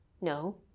no